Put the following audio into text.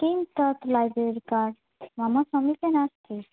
किं तद् library card मम समीपे नास्ति